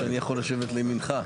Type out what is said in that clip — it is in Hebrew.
שאני יכול לשבת לימינך.